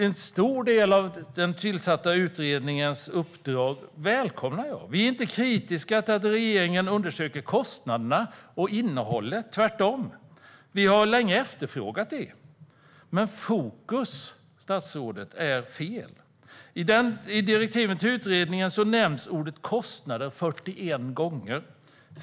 En stor del av den tillsatta utredningens uppdrag välkomnar jag. Vi är inte kritiska till att regeringen undersöker kostnaderna och innehållet, tvärtom. Vi har länge efterfrågat det. Men fokus är fel. I direktiven till utredningen nämns ordet "kostnader" 41 gånger.